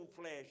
flesh